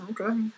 Okay